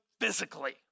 physically